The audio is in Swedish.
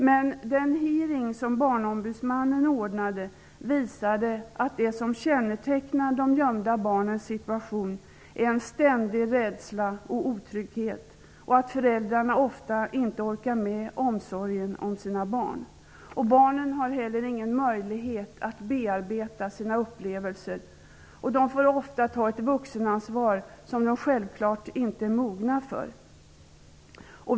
Men den hearing som Barnombudsmannen ordnade visade att det som kännetecknar de gömda barnens situation är en ständig rädsla och otrygghet och att föräldrarna ofta inte orkar med omsorgen om sina barn. Barnen har heller ingen möjlighet att bearbeta sina upplevelser. De får ofta ta ett vuxenansvar som de självklart inte är mogna för.